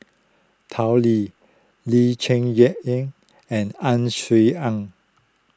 Tao Li Lee Cheng Yan and Ang Swee Aun